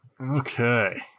Okay